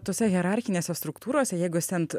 tose hierarchinėse struktūrose jeigu esi ant